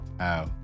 Ow